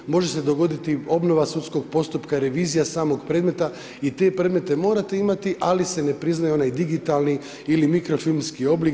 Oni, može se dogoditi obnova sudskog postupka i revizija samog predmeta i te predmete morate imati, ali se ne priznaje onaj digitalni ili mikrofilmski oblik.